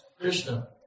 Krishna